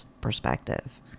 perspective